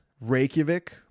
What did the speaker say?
Reykjavik